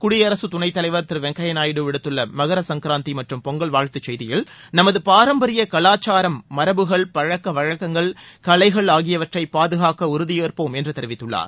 குடியரசுத் துணைத் தலைவர் திரு வெங்கய்யா நாயுடு விடுத்தள்ள மகரசங்கராந்தி மற்றும் பொங்கல் வாழ்த்து செய்தியில் நமது பாரம்பரிய கலாச்சாரம் மரபுகள் பழக்கவழக்கங்கள் கலைகள் ஆகியவற்றை பாதுகாக்க உறுதியேற்போம் என்று தெரிவித்துள்ளார்